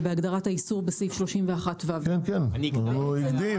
בהגדרת האיסור בסעיף 31ו. הוא הקדים את זה.